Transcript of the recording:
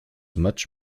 much